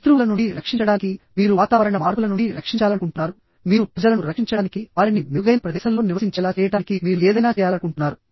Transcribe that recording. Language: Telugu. శత్రువుల నుండి రక్షించడానికి మీరు వాతావరణ మార్పుల నుండి రక్షించాలనుకుంటున్నారు మీరు ప్రజలను రక్షించడానికి వారిని మెరుగైన ప్రదేశంలో నివసించేలా చేయడానికి మీరు ఏదైనా చేయాలనుకుంటున్నారు